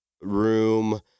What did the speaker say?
room